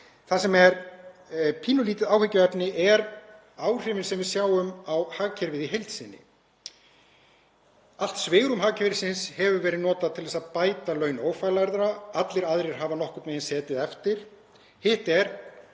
Það sem er pínulítið áhyggjuefni eru áhrifin sem við sjáum á hagkerfið í heild sinni. Allt svigrúm hagkerfisins hefur verið notað til þess að bæta laun ófaglærðra. Allir aðrir hafa nokkurn veginn setið eftir.